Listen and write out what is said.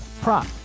prop